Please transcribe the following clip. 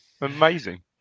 Amazing